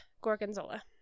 Gorgonzola